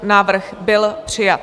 Návrh byl přijat.